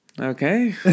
okay